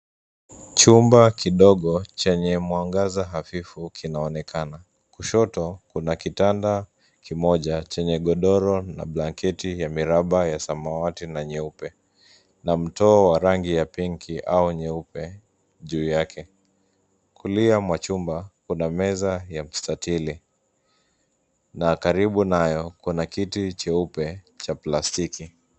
Chumba kidogo chenye mwangaza hafifu kinaonekana. Kushoto, kuna kitanda kimoja chenye godoro na blanketi ya miraba ya samawati na nyeupe, na mto wa rangi ya pinki au nyeupe juu yake. Kulia mwa chumba kuna meza ya mstatili na karibu nayo kuna kiti cheupe cha plastiki.